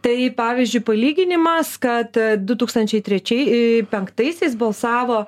tai pavyzdžiui palyginimas kad du tūkstančiai trečiai penktaisiais balsavo